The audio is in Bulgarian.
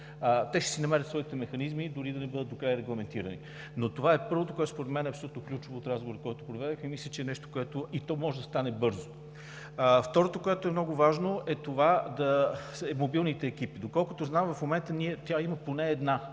те ще си намерят своите механизми, дори да не бъдат докрай регламентирани. Но това е първото, което според мен, е абсолютно ключово от разговора, който проведохме, и то може да стане бързо. Второто, което е много важно, са мобилните екипи. Доколкото знам, има поне една